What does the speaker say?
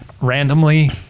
randomly